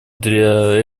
для